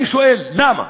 אני שואל, למה?